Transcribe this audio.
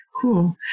cool